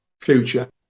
future